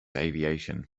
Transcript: aviation